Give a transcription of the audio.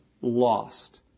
lost